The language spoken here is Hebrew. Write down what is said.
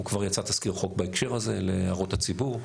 כבר יצא תזכיר חוק בהקשר הזה להערות הציבור.